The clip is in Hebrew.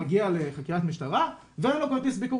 מגיע לחקירת משטרה והיה לו כרטיס ביקור